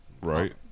right